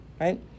Right